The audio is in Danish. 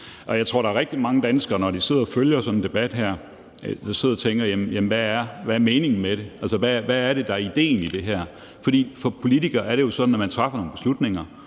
der er rigtig mange danskere, der, når de sidder og følger sådan en debat her, tænker: Jamen hvad er meningen med det? Hvad er det, der er idéen i det her? For politikere er det jo sådan, at man træffer nogle beslutninger,